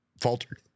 faltered